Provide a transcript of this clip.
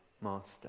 master